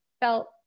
felt